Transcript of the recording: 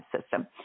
system